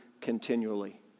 continually